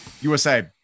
USA